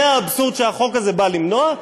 זה האבסורד שהחוק הזה בא למנוע,